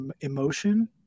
emotion